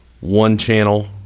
one-channel